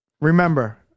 Remember